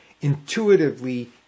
Intuitively